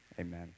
amen